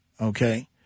Okay